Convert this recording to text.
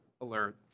alert